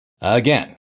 Again